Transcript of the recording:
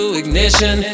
ignition